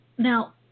now